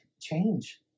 change